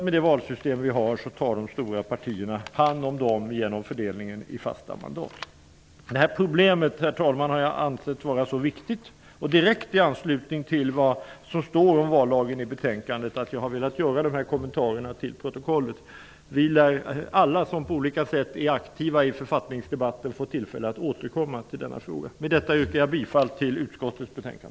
Med det valsystem som vi har tar de stora partierna genom fördelningen av fasta mandat hand om dessa mandat. Herr talman! Jag anser att detta problem är mycket viktigt. Därför ville jag i direkt anslutning till det som står om vallagen i betänkandet göra dessa kommentarer till protokollet. Alla som på något sätt är aktiva i författningsdebatten lär få tillfälle att återkomma till denna fråga. Med det anförda yrkar jag bifall till utskottets hemställan.